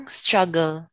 struggle